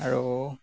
আৰু